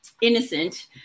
innocent